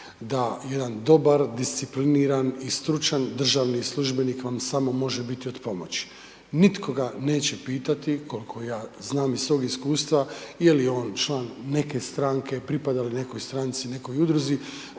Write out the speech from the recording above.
da jedan dobar, discipliniran i stručan državni službenik vam samo može biti od pomoći, nitko ga neće pitati, koliko ja znam iz svoj iskustva je li on član neke stranke, pripada li nekoj stranci, nekoj udruzi,